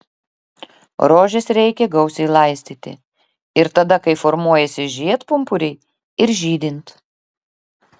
rožes reikia gausiai laistyti ir tada kai formuojasi žiedpumpuriai ir žydint